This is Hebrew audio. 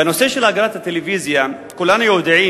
כבוד היושב-ראש,